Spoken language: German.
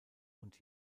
und